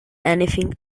anything